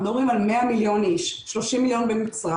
אנחנו מדברים על 100 מיליון איש: 30 מיליון במצרים,